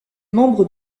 membre